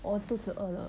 我肚子饿了